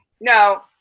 No